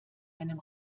einem